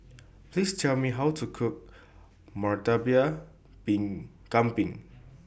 Please Tell Me How to Cook Murtabak Kambing